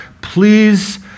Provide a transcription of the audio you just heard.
please